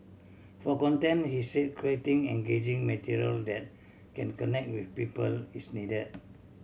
for content he say creating engaging material that can connect with people is needed